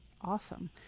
Awesome